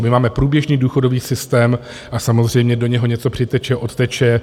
My máme průběžný důchodový systém a samozřejmě do něho něco přiteče, odteče.